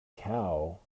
cow